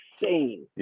insane